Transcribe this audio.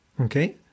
Okay